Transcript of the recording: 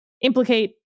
implicate